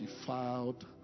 defiled